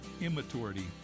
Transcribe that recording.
immaturity